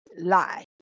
Lie